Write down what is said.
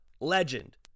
legend